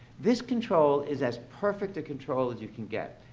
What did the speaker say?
this control is as perfect a control as you can get.